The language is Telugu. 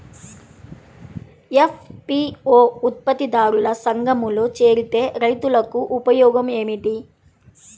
ఎఫ్.పీ.ఓ ఉత్పత్తి దారుల సంఘములో చేరితే రైతులకు ఉపయోగము ఏమిటి?